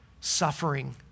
suffering